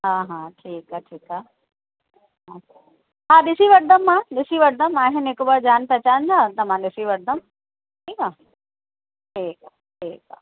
हा हा ठीकु आहे ठीकु आहे हा हा ॾिसी वठंदमि मां ॾिसी वठंदमि आहिनि हिकु ॿ जान पहचान जा त मां ॾिसी वठंदमि ठीकु आहे ठीकु आहे ठीकु आहे